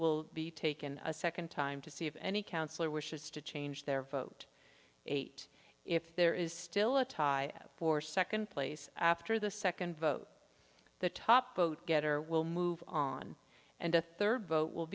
will be taken a second time to see if any councillor wishes to change their vote eight if there is still a tie for second place after the second vote the top vote getter will move on and the third vote will